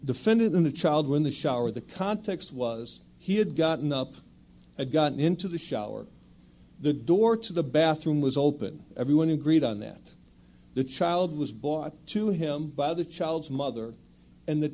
defendant in the child when the shower the context was he had gotten up a gotten into the shower the door to the bathroom was open everyone agreed on that the child was bought to him by the child's mother and the